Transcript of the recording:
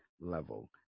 level